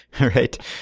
right